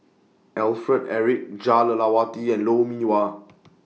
Alfred Eric Jah Lelawati and Lou Mee Wah